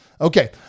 Okay